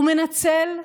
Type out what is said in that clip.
הוא מנצל,